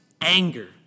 anger